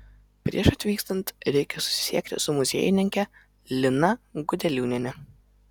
prieš atvykstant reikia susisiekti su muziejininke lina gudeliūniene